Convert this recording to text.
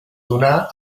donà